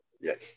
Yes